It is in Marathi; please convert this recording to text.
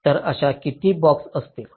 तर अशा किती बॉक्स असतील